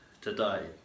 today